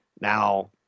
Now